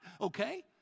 Okay